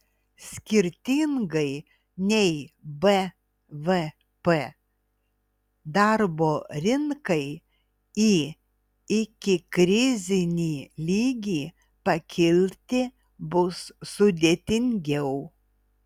skirtingai nei bvp darbo rinkai į ikikrizinį lygį pakilti bus sudėtingiau